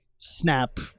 snap